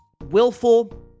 willful